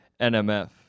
NMF